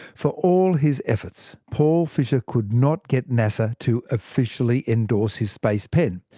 for all his efforts paul fisher could not get nasa to officially endorse his space pen.